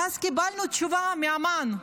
ואז קיבלנו תשובה מאמ"ן,